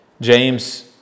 James